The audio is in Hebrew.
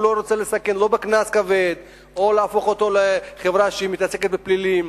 שהוא לא ירצה להסתכן בקנס כבד או שיהפכו אותו לחברה שמתעסקת בפלילים,